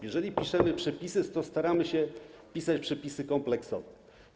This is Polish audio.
Jeżeli piszemy przepisy, to staramy się pisać przepisy kompleksowo.